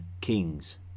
Kings